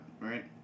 Right